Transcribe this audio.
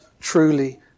truly